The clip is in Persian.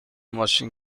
ماشین